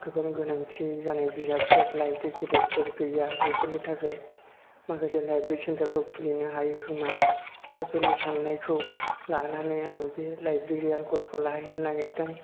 गोबां गोनांथि जानाय बिजाबफोर लाइब्रि गेदेदफोर गैया बेफोरनि थाखाय माखासे लाइब्रि सेन्टारफोर खुलिनो हायो खोमा बेफोरनि सान्नायखौ लानानै आङो बे लाइब्रेरियान कर्सखौ लाहैनो नागिरदों